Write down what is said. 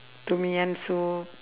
tom-yum soup